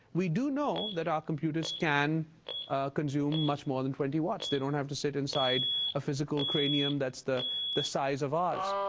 we do know that our computers can consume much more than twenty watts. they don't have to sit inside a physical cranium that's the the size of ours.